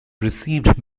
received